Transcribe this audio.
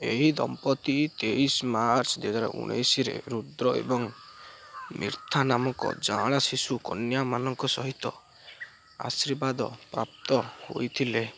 ଏହି ଦମ୍ପତି ତେଇଶ ମାର୍ଚ୍ଚ ଦୁଇହଜାର ଉଣେଇଶରେ ରୁଦ୍ର ଏବଂ ମିର୍ଥା ନାମକ ଯାଆଁଳା ଶିଶୁ କନ୍ୟାମାନଙ୍କ ସହିତ ଆଶୀର୍ବାଦ ପ୍ରାପ୍ତ ହୋଇଥିଲେ